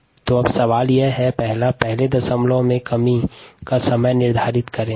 a पहले decimal reduction time या दशमलव में कमी का समय ज्ञात करें